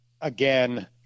again